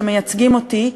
שמייצגים אותי.